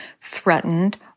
threatened